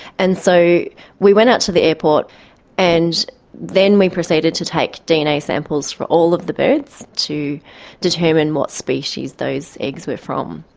and so we went out to the airport and then we proceeded to take dna samples for all of the birds to determine what species those eggs were from.